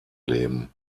leben